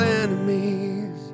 enemies